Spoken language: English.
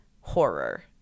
horror